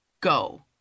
go